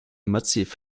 motifs